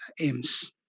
aims